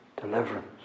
deliverance